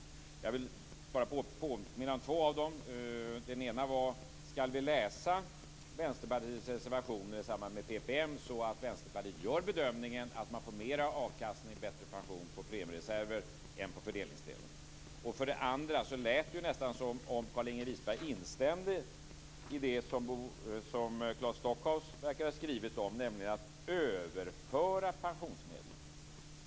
Jag vill bara påminna om två av frågorna. Den ena var: Skall vi läsa Vänsterpartiets reservation i samband med PPM så att Vänsterpartiet gör bedömningen att man får mer avkastning och bättre pension på premiereserver än på fördelningsdelen? Sedan lät det nästan som om Carlinge Wisberg instämde i det som Claes Stockhaus verkar ha skrivit om, nämligen att man skall överföra pensionsmedel.